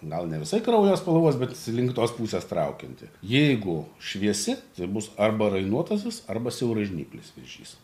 gal ne visai kraujo spalvos bet link tos pusės traukianti jeigu šviesi tai bus arba rainuotasis arba siauražnyplis vėžys